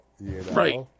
Right